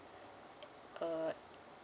uh